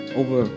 over